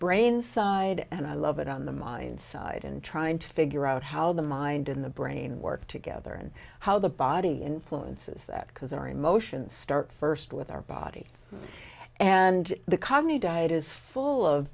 brain side and i love it on the mind side and trying to figure out how the mind in the brain work together and how the body influences that because our emotions start first with our body and the economy diet is full of